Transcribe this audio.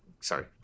sorry